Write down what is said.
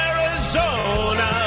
Arizona